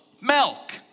milk